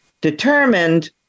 determined